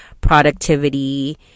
productivity